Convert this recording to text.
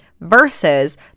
versus